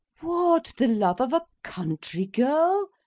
what, the love of a country girl?